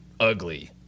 ugly